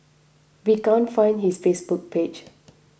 we can't find his Facebook page